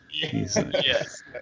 yes